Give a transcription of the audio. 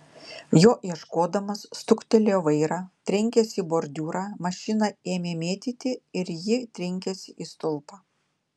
jo ieškodamas suktelėjo vairą trenkėsi į bordiūrą mašiną ėmė mėtyti ir ji trenkėsi į stulpą